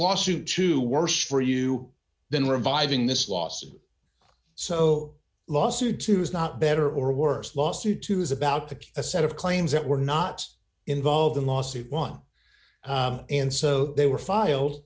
lawsuit two worse for you then reviving this lawsuit so lawsuit two is not better or worse lawsuit two is about to a set of claims that were not involved in lawsuit one and so they were file